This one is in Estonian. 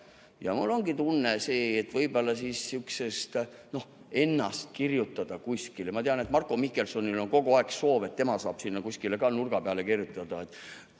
Mul ongi tunne, et võib-olla on sihukest [soovi] ennast kirjutada kuskile. Ma tean, et Marko Mihkelsonil on kogu aeg soov, et tema saaks ka sinna kuskile nurga peale kirjutada,